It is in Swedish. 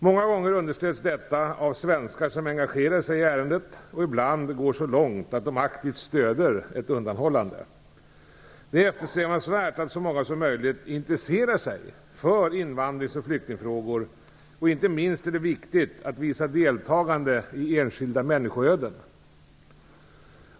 Många gånger understöds detta av svenskar som engagerar sig i ärendet och ibland går så långt att de aktivt stöder ett undanhållande. Det är eftersträvansvärt att så många som möjligt intresserar sig för invandrings och flyktingfrågor. Inte minst är det viktigt att visa deltagande i enskilda människoöden.